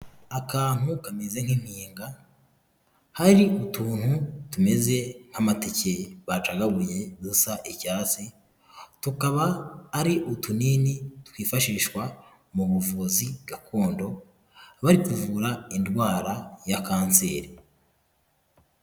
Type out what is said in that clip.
Akantu kameze nk'impinga, hari utuntu tumeze nk'amateke bacagaguye dusa icyatsi, tukaba ari utunini twifashishwa mu buvuzi gakondo, bari kuvura indwara ya Kanseri.